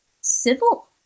civil